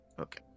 Okay